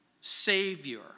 Savior